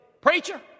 Preacher